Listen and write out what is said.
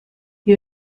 wie